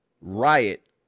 riot